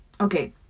Okay